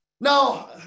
Now